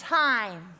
time